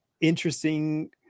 interesting